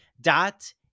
dot